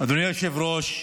אדוני היושב-ראש,